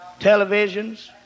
televisions